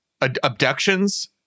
abductions